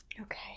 Okay